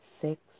six